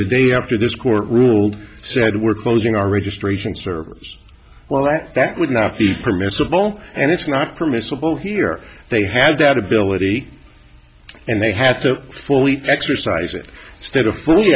the day after this court ruled said we're closing our registration servers well that would not be permissible and it's not permissible here they had that ability and they have to fully exercise it stead of fully